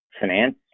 finance